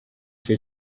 icyo